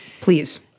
Please